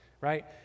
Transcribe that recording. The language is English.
right